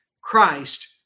Christ